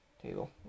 table